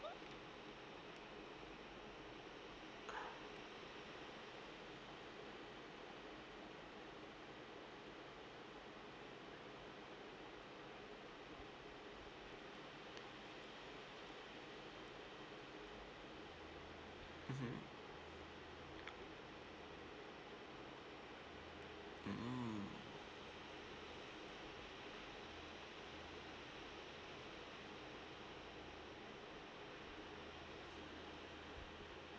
mmhmm mm